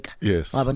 Yes